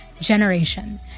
generation